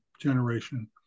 Generation